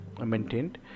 maintained